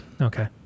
Okay